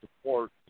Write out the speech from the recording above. support